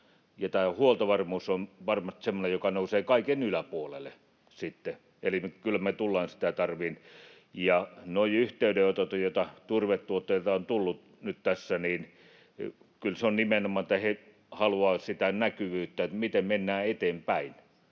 huoltovarmuus on varmasti semmoinen, joka nousee kaiken yläpuolelle. Eli kyllä me tullaan turvetta tarvitsemaan. Noissa yhteydenotoissa, joita turvetuottajilta on nyt tässä tullut, kyllä he nimenomaan haluavat sitä näkyvyyttä, miten mennään eteenpäin